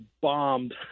bombed